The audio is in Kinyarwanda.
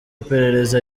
iperereza